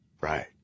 Right